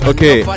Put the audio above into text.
Okay